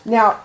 Now